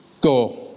Go